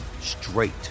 straight